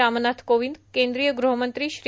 रामनाथ कोविंद केंद्रीय गृहमंत्री श्री